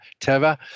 Teva